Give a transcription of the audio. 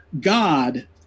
God